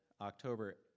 October